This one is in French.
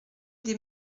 des